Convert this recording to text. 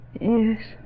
Yes